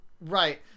Right